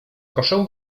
proszę